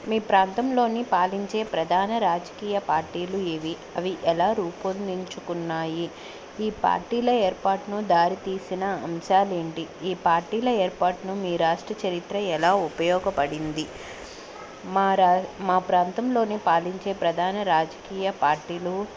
మీ ప్రాంతంలోని పాలించే ప్రధాన రాజకీయ పార్టీలు ఏవి అవి ఎలా రూపొందించుకున్నాయి ఈ పార్టీల ఏర్పాటును దారితీసిన అంశాలేంటి ఈ పార్టీల ఏర్పాట్ను మీ రాష్ట్ర చరిత్ర ఎలా ఉపయోగపడింది మా రా మా ప్రాంతంలోని పాలించే ప్రధాన రాజకీయ పార్టీలు